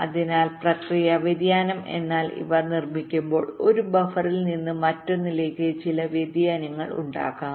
അതിനാൽ പ്രക്രിയ വ്യതിയാനം എന്നാൽ ഇവ നിർമ്മിക്കുമ്പോൾ ഒരു ബഫറിൽ നിന്ന് മറ്റൊന്നിലേക്ക് ചില വ്യതിയാനങ്ങൾ ഉണ്ടാകും